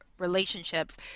relationships